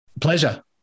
pleasure